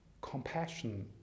compassion